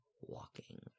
walking